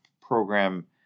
program